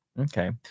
Okay